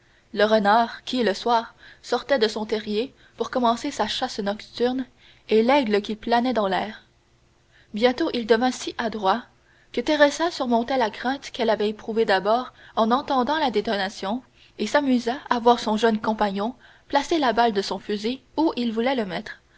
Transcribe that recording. le renard qui le soir sortait de son terrier pour commencer sa chasse nocturne et l'aigle qui planait dans l'air bientôt il devint si adroit que teresa surmontait la crainte qu'elle avait éprouvée d'abord en entendant la détonation et s'amusa à voir son jeune compagnon placer la balle de son fusil où il voulait la mettre